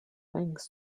thanks